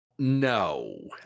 no